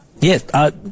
Yes